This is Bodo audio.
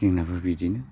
जोंनाबो बिदिनो